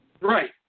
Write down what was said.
Right